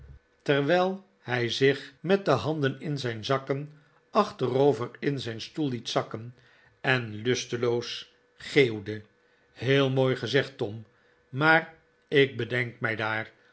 terwijl hij zich met de handen in zijn zakken achterover in zijn stoel liet zinken en lusteloos geeuwde heel mooi gezegd tom maar ik bedenk mij daar